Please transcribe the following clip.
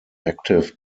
active